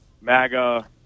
MAGA